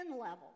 level